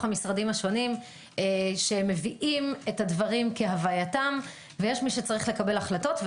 המשרדים השונים שמביאים את הדברים כהווייתם ויש מי שצריך לקבל החלטות.